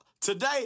Today